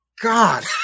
God